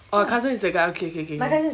oh your cousin is a guy ookay K okay okay